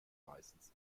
meistens